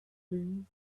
please